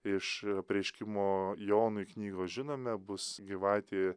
iš apreiškimo jonui knygos žinome bus gyvatė